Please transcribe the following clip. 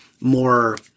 more